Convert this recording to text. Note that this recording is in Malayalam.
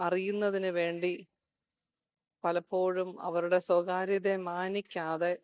അറിയുന്നതിന് വേണ്ടി പലപ്പോഴും അവരുടെ സ്വകാര്യതയെ മാനിക്കാതെ